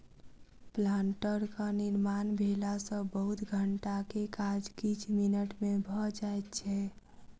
प्लांटरक निर्माण भेला सॅ बहुत घंटा के काज किछ मिनट मे भ जाइत छै